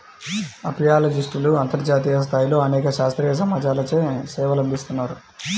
అపియాలజిస్ట్లు అంతర్జాతీయ స్థాయిలో అనేక శాస్త్రీయ సమాజాలచే సేవలందిస్తున్నారు